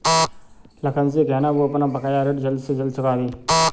लखन से कहना, वो अपना बकाया ऋण जल्द से जल्द चुका दे